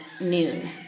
noon